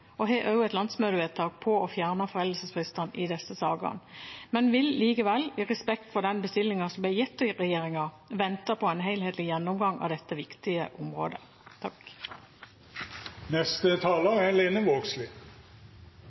og har også et landsmøtevedtak på å fjerne foreldelsesfristene i disse sakene, men vil likevel, i respekt for den bestillingen som ble gitt til regjeringen, vente på en helhetlig gjennomgang av dette viktige området. Eg vil begynne med å seie at me er